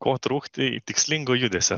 ko trūkti tikslingo judesio